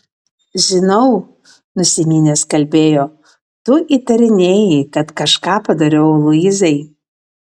žinau nusiminęs kalbėjo tu įtarinėji kad kažką padariau luizai